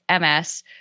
MS